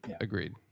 Agreed